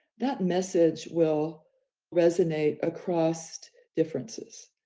that message will resonate across differences.